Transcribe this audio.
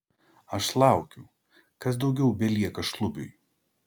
aš laukiu kas daugiau belieka šlubiui